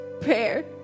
prayer